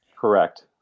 Correct